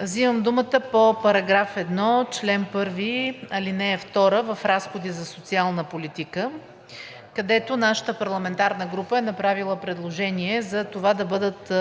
Взимам думата по § 1, чл. 1, ал. 2 в „Разходи за социална политика“, където нашата парламентарна група е направила предложение да бъдат